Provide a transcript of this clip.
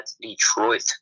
Detroit